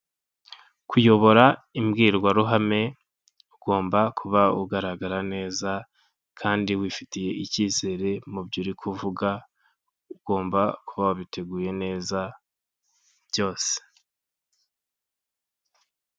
Kuyobora imbwirwaruhame ugomba kuba ugaragara neza, kandi wifitiye ikizere mu byo uri kuvuga ugomba kuba wabiteguye neza byose.